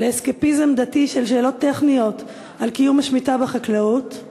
לאסקפיזם דתי של שאלות טכניות על קיום השמיטה בחקלאות,